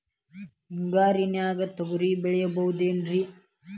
ಹಿಂಗಾರಿನ್ಯಾಗ ತೊಗ್ರಿ ಬೆಳಿಬೊದೇನ್ರೇ?